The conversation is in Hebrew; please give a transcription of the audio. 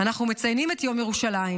אנחנו מציינים את יום ירושלים.